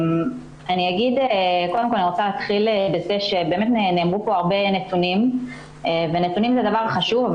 אני רוצה להתחיל בזה שהוצגו פה הרבה נתונים ונתונים זה דבר חשוב,